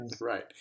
Right